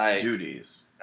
duties